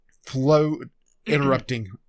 flow-interrupting